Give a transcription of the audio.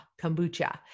Kombucha